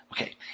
Okay